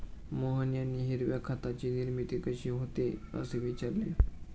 मोहन यांनी हिरव्या खताची निर्मिती कशी होते, असे विचारले